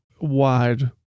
wide